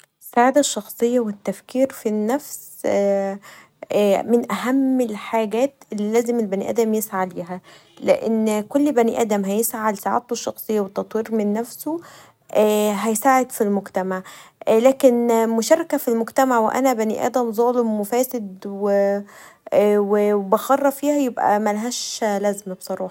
السعاده الشخصيه و التفكير في النفس من اهم الحاجات اللي لازم البني ادم يسعي فيها لان كل بني ادم هيسعي لسعادته الشخصيه و تطوير من نفسه هيساعد في المجتمع لكن مشاركه في المجتمع وانا بني ادم ظالم وفاسد و بخرب فيها